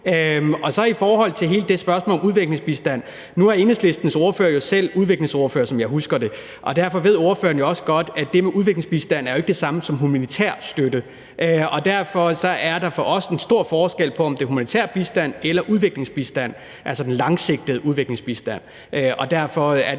jeg sige i forhold til hele det spørgsmål omkring ulandsbistand, at nu er Enhedslistens ordfører jo selv udviklingsordfører, som jeg husker det, og derfor ved ordføreren også godt, at det med udviklingsbistand ikke er det samme som humanitær støtte. Derfor er der for os stor forskel på, om det er humanitær støtte eller udviklingsbistand, altså den langsigtede udviklingsbistand. Og derfor er det,